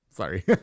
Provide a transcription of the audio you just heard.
Sorry